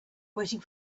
waiting